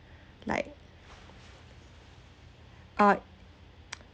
like uh